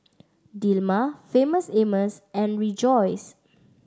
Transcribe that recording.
Dilmah Famous Amos and Rejoice